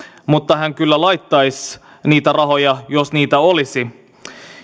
mutta hän kyllä laittaisi niitä rahoja jos niitä olisi